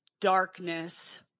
darkness